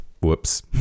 Whoops